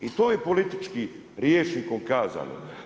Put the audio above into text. I to je političkim rječnikom kazano.